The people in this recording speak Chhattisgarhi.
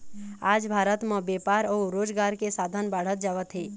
आज भारत म बेपार अउ रोजगार के साधन बाढ़त जावत हे